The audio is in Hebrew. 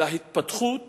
להתפתחות